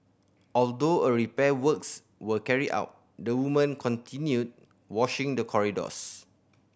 although repair works were carried out the woman continued washing the corridors